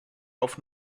auf